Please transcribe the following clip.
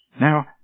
Now